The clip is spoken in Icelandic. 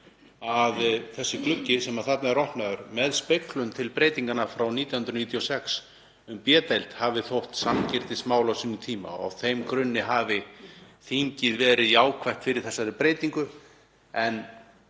að þessi gluggi sem þarna er opnaður, með speglun til breytinganna frá 1996 á B-deild, hafi þótt sanngirnismál á sínum tíma og á þeim grunni hafi þingið verið jákvætt fyrir þessari breytingu. En